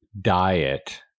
diet